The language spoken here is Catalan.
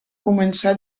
començar